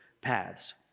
paths